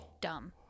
dumb